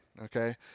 Okay